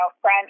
French